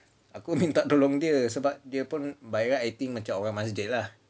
aku minta tolong dia sebab dia pun by right macam orang masjid lah